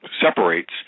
separates